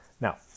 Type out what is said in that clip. Now